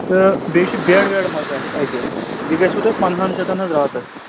تہٕ بیٚیہِ چھِ بیڈ وٮ۪ڈ حظ اَتھ اَتہِ یہِ گژھِوٕ تۄہہِ پنٛداہَن شَتَن حظ راتَس